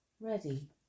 ready